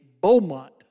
Beaumont